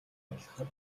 арилгахад